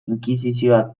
inkisizioak